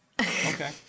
Okay